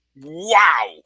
wow